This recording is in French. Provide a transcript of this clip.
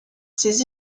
ses